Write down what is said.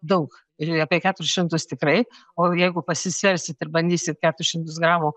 daug ir apie keturis šimtus tikrai o jeigu pasisversit ir bandysit keturis šimtus gramų